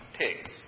pigs